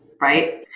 right